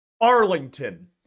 Arlington